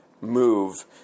move